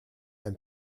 and